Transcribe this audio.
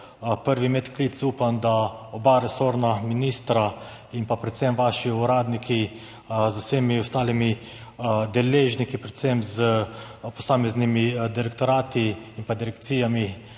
prvi medklic, upam, da oba resorna ministra, predvsem pa vaši uradniki z vsemi ostalimi deležniki, predvsem s posameznimi direktorati in Direkcijo